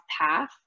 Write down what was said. path